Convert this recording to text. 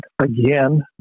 again